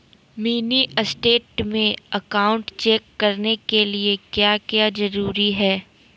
Mini state में account check करने के लिए क्या क्या जरूरी है?